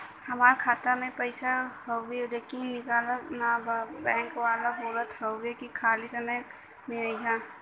हमार खाता में पैसा हवुवे लेकिन निकलत ना बा बैंक वाला बोलत हऊवे की खाली समय में अईहा